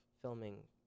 filming